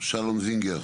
שלום זינגר,